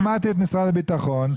שמעתי את משרד הביטחון,